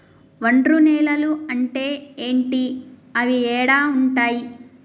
ఒండ్రు నేలలు అంటే ఏంటి? అవి ఏడ ఉంటాయి?